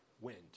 wind